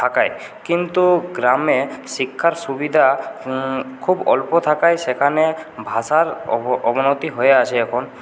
থাকায় কিন্তু গ্রামে শিক্ষার সুবিধা খুব অল্প থাকায় সেখানে ভাষার অবনতি হয়ে আছে এখন